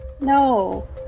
No